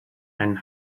ein